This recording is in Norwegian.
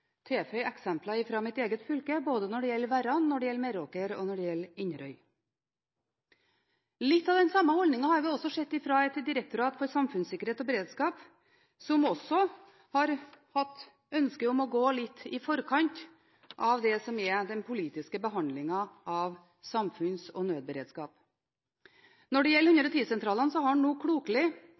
flere eksempler på det her i dag, og jeg kan også godt tilføye eksempler fra mitt eget fylke: Det gjelder Verran, Meråker og Inderøy. Den samme holdningen har vi også sett hos Direktoratet for samfunnssikkerhet og beredskap, som også har hatt ønske om å gå litt i forkant av det som er den politiske behandlingen av samfunns- og nødberedskap. Når det gjelder 110-sentralene, har